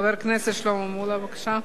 חבר הכנסת שלמה מולה, בבקשה.